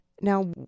Now